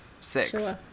six